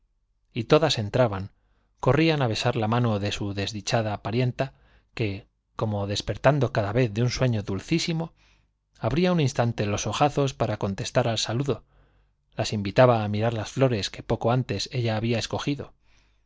y todas entraban corrían á besar la de mano su desdichada talis vta cada vez de un sueño parienta que como despertando dulcísimo abría un instante sus ojazos para contestar al saludo las invitaba á mirar las flores que poco torcía otra vez la cabeza antes ella había escogido